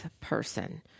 person